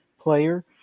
player